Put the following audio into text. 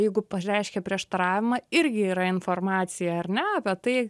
jeigu pareiškė prieštaravimą irgi yra informacija ar ne apie tai